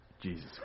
Jesus